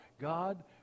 God